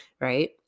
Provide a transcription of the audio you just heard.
right